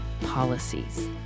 policies